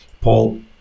Paul